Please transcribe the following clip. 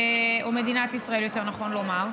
או מדינת ישראל יותר נכון לומר,